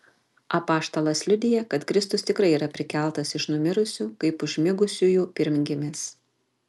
apaštalas liudija kad kristus tikrai yra prikeltas iš numirusių kaip užmigusiųjų pirmgimis